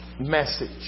message